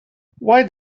why